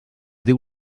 diu